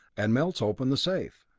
and melts open the safe.